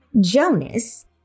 Jonas